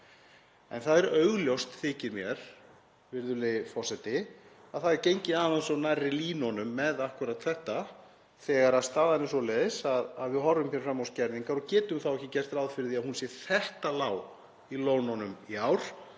Það er augljóst þykir mér, virðulegi forseti, að það er gengið aðeins of nærri línunum með akkúrat þetta þegar staðan er svoleiðis að við horfum hér fram á skerðingar og getum þá ekki gert ráð fyrir því að staðan sé þannig í lónunum í ár